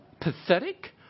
Pathetic